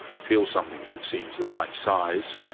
feel something that seems the right size,